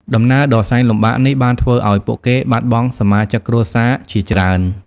ដំណើរដ៏សែនលំបាកនេះបានធ្វើឲ្យពួកគេបាត់បង់សមាជិកគ្រួសារជាច្រើន។